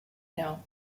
know